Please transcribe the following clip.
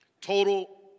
total